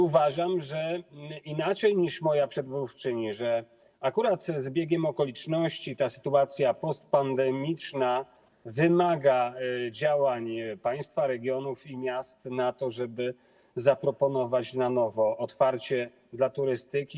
Uważam, inaczej niż moja przedmówczyni, że akurat z powodu zbiegu okoliczności ta sytuacja postpandemiczna wymaga działań państwa, regionów i miast po to, żeby zaproponować na nowo otwarcie turystyki.